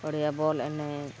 ᱵᱟᱹᱲᱤᱭᱟᱜ ᱵᱚᱞ ᱮᱱᱮᱡ